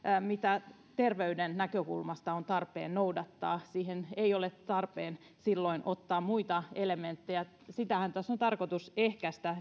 mitä terveyden näkökulmasta on tarpeen noudattaa siihen ei ole tarpeen silloin ottaa muita elementtejä tämän epidemian leviämistähän tässä on nimenomaan tarkoitus ehkäistä